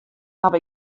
haw